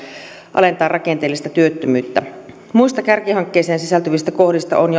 alentaa rakenteellista työttömyyttä muista kärkihankkeeseen sisältyvistä kohdista on